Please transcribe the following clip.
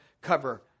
cover